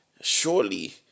surely